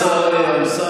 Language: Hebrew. אני מודה לשר אמסלם.